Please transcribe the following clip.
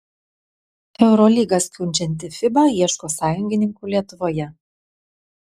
eurolygą skundžianti fiba ieško sąjungininkų lietuvoje